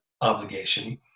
obligation